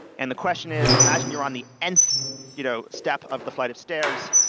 and the question is imagine you're on the nth you know step of the flight of stairs,